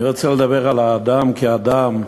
אני רוצה לדבר על האדם כאדם.